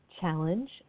challenge